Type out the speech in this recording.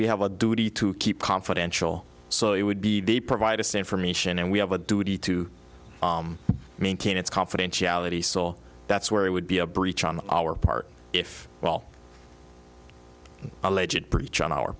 we have a duty to keep confidential so you would be be provide us information and we have a duty to maintain its confidentiality saw that's where it would be a breach on our part if well a legit breach on our